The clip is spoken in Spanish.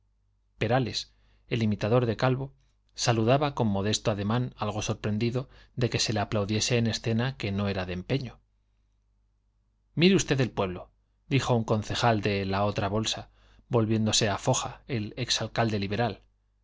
perales el imitador de calvo saludaba con modesto ademán algo sorprendido de que se le aplaudiese en escena que no era de empeño mire usted el pueblo dijo un concejal de la otra bolsa volviéndose a foja el ex alcalde liberal